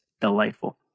delightful